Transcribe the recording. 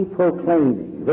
proclaiming